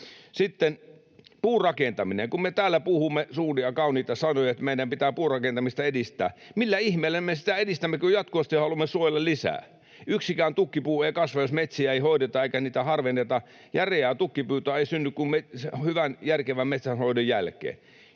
Sitten puurakentaminen. Kun me täällä puhumme suuria kauniita sanoja, että meidän pitää puurakentamista edistää, millä ihmeellä me sitä edistämme, kun jatkuvasti haluamme suojella lisää? Yksikään tukkipuu ei kasva, jos metsiä ei hoideta eikä harvenneta. Järeää tukkipuuta ei synny kuin hyvän, järkevän metsänhoidon jälkeen.